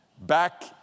Back